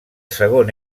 segon